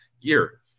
year